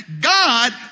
God